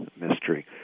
mystery